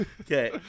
okay